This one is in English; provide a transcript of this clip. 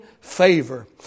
favor